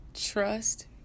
Trust